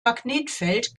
magnetfeld